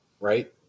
Right